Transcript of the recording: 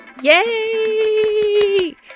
Yay